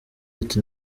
ati